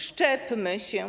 Szczepmy się.